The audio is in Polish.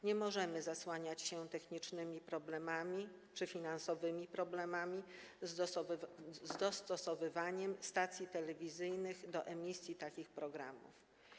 Nie możemy zasłaniać się technicznymi czy finansowymi problemami z dostosowywaniem stacji telewizyjnych do emisji takich programów.